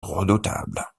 redoutable